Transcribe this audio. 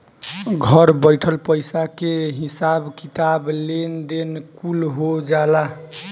घर बइठल पईसा के हिसाब किताब, लेन देन कुल हो जाला